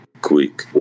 quick